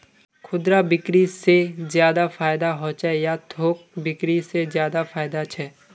खुदरा बिक्री से ज्यादा फायदा होचे या थोक बिक्री से ज्यादा फायदा छे?